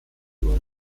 wurde